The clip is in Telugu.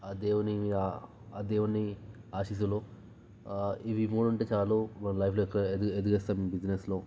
ఆ దేవుని ఆ దేవుని ఆశీస్సులు ఇవి మూడూ ఉంటే చాలు మన లైఫ్లో ఎక్క ఎది ఎదిగేస్తాం బిజినెస్లో